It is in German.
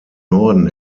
norden